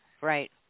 Right